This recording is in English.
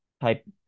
type